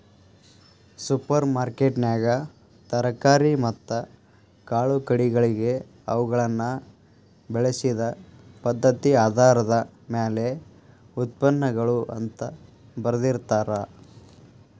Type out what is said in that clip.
super ಮಾರ್ಕೆಟ್ನ್ಯಾಗ ತರಕಾರಿ ಮತ್ತ ಕಾಳುಕಡಿಗಳಿಗೆ ಅವುಗಳನ್ನ ಬೆಳಿಸಿದ ಪದ್ಧತಿಆಧಾರದ ಮ್ಯಾಲೆ ಉತ್ಪನ್ನಗಳು ಅಂತ ಬರ್ದಿರ್ತಾರ